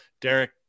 Derek